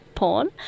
porn